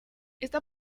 esta